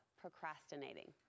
procrastinating